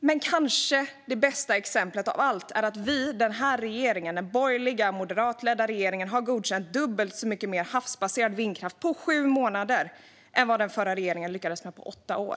Men det kanske bästa exemplet av alla är att den här regeringen, den borgerliga moderatledda regeringen, på sju månader har godkänt dubbelt så mycket havsbaserad vindkraft som den förra regeringen lyckades med på åtta år.